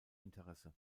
interesse